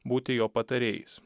būti jo patarėjais